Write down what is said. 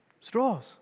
straws